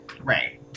right